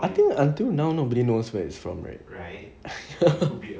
I think until now nobody knows where it's from right